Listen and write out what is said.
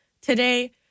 Today